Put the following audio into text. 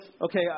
okay